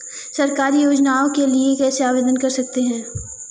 सरकारी योजनाओं के लिए कैसे आवेदन कर सकते हैं?